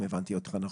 אם הבנתי אותך נכון.